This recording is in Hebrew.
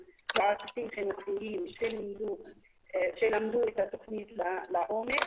יועצים חינוכיים שלמדו את התוכנית לעומק,